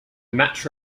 match